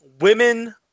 Women